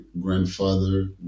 grandfather